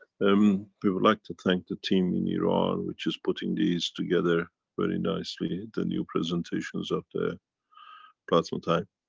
um we would like to thank the team in iran which is putting these together very nicely. the new presentations of the plasma times.